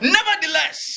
Nevertheless